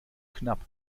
knapp